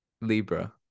Libra